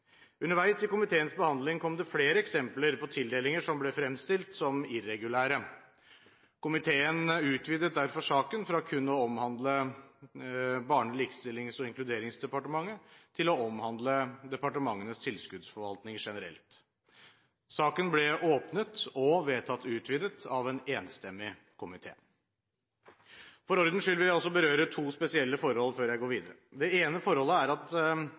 Underveis i komiteens behandling kom det flere eksempler på tildelinger som ble fremstilt som irregulære. Komiteen utvidet derfor saken fra kun å omhandle Barne-, likestillings- og inkluderingsdepartementet til å omhandle departementenes tilskuddsforvaltning generelt. Saken ble åpnet og vedtatt utvidet av en enstemmig komité. For ordens skyld vil jeg også berøre to spesielle forhold før jeg går videre. Det ene forholdet er at